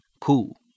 cool